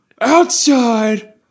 outside